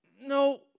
No